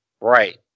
Right